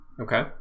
okay